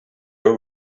його